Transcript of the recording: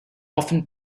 often